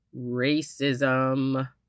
racism